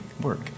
work